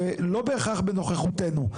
שלא בהכרח בנוכחותנו.